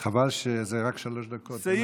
חבל שזה רק שלוש דקות.